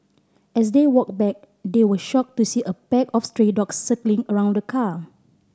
as they walked back they were shocked to see a pack of stray dogs circling around the car